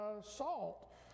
salt